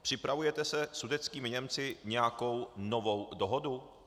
Připravujete se sudetskými Němci nějakou novou dohodu?